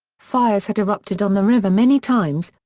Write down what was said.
fires had erupted on the river many times,